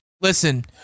Listen